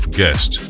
guest